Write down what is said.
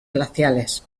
glaciares